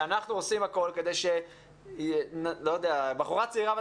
שאנחנו עושים הכול כדי שבחורה צעירה בת